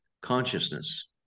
consciousness